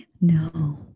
No